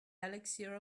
elixir